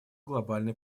глобальной